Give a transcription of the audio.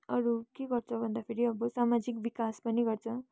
अरू के गर्छ भन्दाखेरि अब सामाजिक विकास पनि गर्छ